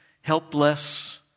helpless